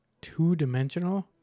Two-dimensional